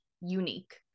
unique